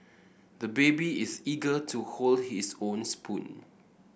the baby is eager to hold his own spoon